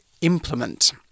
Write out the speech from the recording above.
implement